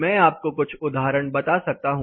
मैं आपको कुछ उदाहरण बता सकता हूं